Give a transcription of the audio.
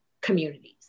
communities